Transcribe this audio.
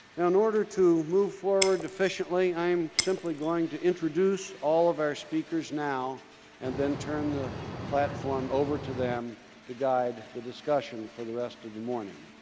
now, in order to move forward efficiently, i am simply going to introduce all of our speakers now and then turn the platform over to them to guide the discussion for the rest of the morning.